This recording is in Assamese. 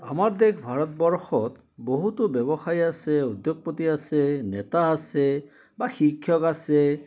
আমাৰ দেশ ভাৰতবৰ্ষত বহুতো ব্যৱসায় আছে উদ্যোগপতি আছে নেতা আছে বা শিক্ষক আছে